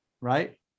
right